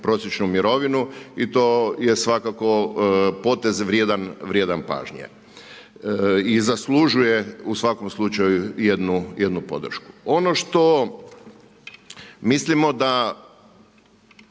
ispodprosječnu mirovinu i to je svakako potez vrijedan pažnje i zaslužuje u svakom slučaju jednu podršku. Ono što mislimo da